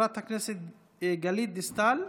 חברת הכנסת גלית דיסטל,